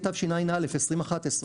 התשע"א 2011,